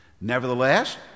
Nevertheless